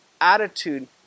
attitude